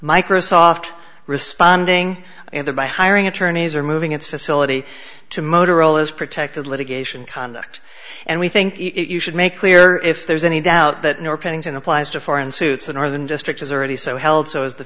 microsoft responding in the by hiring attorneys or moving its facility to motorola's protected litigation conduct and we think you should make clear if there's any doubt that nor pennington applies to foreign suits the northern district has already so held so as the